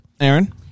Aaron